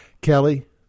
Kelly